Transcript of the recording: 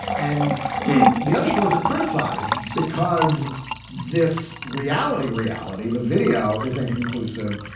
and the other sports are criticized because this reality reality, the video is inconclusive.